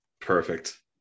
perfect